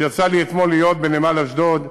יצא לי להיות אתמול בנמל אשדוד,